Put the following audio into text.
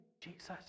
Jesus